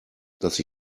dass